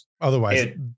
otherwise